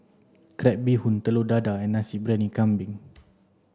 crab bee hoon Telur Dadah and Nasi Briyani Kambing